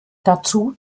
dazu